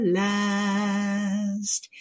last